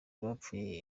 bapfuye